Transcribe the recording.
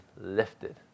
lifted